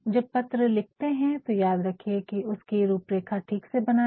जब पत्र लिखते है तो याद रखिये की उसकी रूरेखा ठीक से बनाये